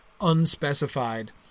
unspecified